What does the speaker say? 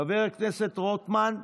חבר הכנסת רוטמן,